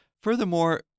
Furthermore